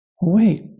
wait